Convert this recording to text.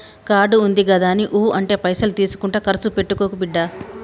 card ఉందిగదాని ఊ అంటే పైసలు తీసుకుంట కర్సు పెట్టుకోకు బిడ్డా